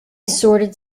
sordid